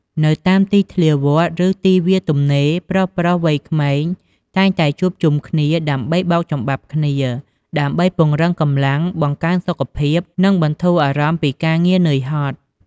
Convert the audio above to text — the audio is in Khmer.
នៅតាមទីធ្លាវត្ត ឬទីវាលទំនេរ ប្រុសៗវ័យក្មេងតែងតែជួបជុំគ្នាដើម្បីបោកចំបាប់គ្នា ដើម្បីពង្រឹងកម្លាំង បង្កើនសុខភាព និងបន្ធូរអារម្មណ៍ពីការងារនឿយហត់។